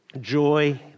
joy